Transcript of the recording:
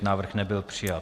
Návrh nebyl přijat.